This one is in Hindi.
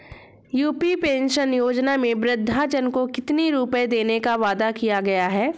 यू.पी पेंशन योजना में वृद्धजन को कितनी रूपये देने का वादा किया गया है?